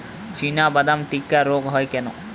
চিনাবাদাম টিক্কা রোগ হয় কেন?